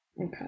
Okay